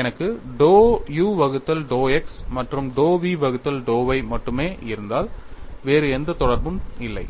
எனக்கு dou u வகுத்தல் dou x மற்றும் dou v வகுத்தல் dou y மட்டுமே இருந்தால் வேறு எந்த தொடர்பும் இல்லை